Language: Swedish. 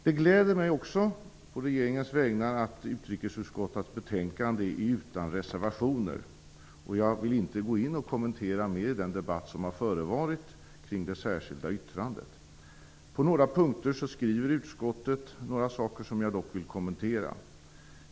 Jag gläder mig också å regeringens vägnar åt att utrikesutskottets betänkande är utan reservationer. Jag vill inte gå in med kommentarer vad gäller den debatt som har förevarit kring det särskilda yttrandet. På några punkter skriver utskottet några saker som jag dock vill kommentera.